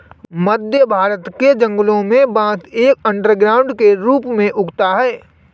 मध्य भारत के जंगलों में बांस एक अंडरग्राउंड के रूप में उगता है